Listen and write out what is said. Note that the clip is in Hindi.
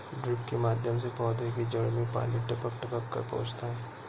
ड्रिप के माध्यम से पौधे की जड़ में पानी टपक टपक कर पहुँचता है